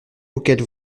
auquel